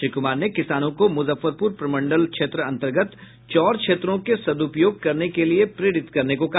श्री कुमार ने किसानों को मुजफ्फरपुर प्रमंडल क्षेत्र अंतर्गत चौर क्षेत्रों के सदुपयोग करने के लिए प्रेरित करने को कहा